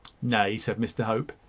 nay, said mr hope,